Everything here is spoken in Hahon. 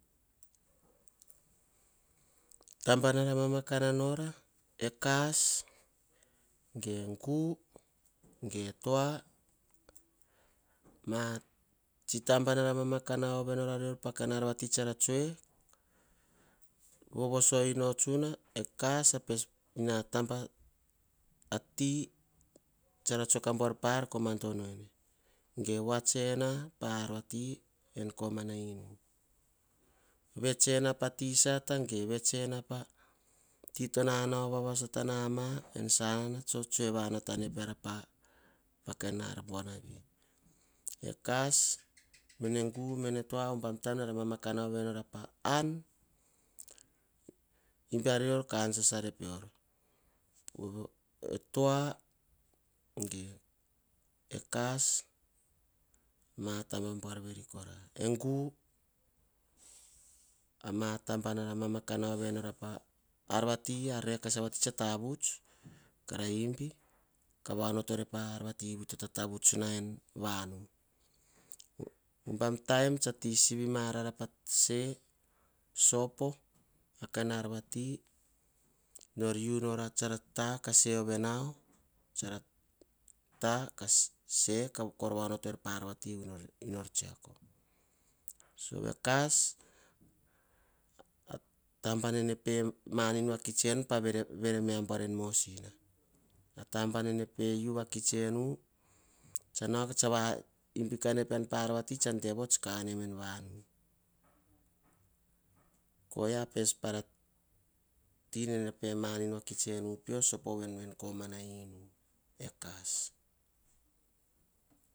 Taba nara mama kana nora eh gu e kas, ge tua. Mataba nara mama kah na ove nara rior pah mataba tsa rah tsoe. Vamomoa na ino, eh eh kas tsara tsoe kah buar pah ar vati koh badono0 ene. Ge vamatopoena opah ar ti toh nanao vavasatanama. En sanana tsoe vanata ene pedara pah ar buanavi ekas e gu. E tua, ubam taim nara mamakana ove. Nora an, imbi ar ka an sasare peor, tua ge kas ma taba buar verokara verokara egu mamakana ove nor ah ma ar rekesa tsa tavuts. Va onotoer pah ar vati vui to tatavuts na en vanu. Hubam potana tsa ti tsivima rara pa sesopo. Pah kain ar vati tsara ta kahsenao. Tsara kah se kor va atabanene pemanin enu pah vere me. En mosina ataba nene pe u vakits enu. Oyia tsa imbi kaiene peara pe gu. Oyia taba vamomananene pe u enu en k0omana enu ekas.